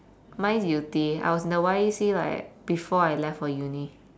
mine's yew tee I was in the Y_E_C like before I left for uni